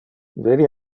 veni